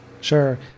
sure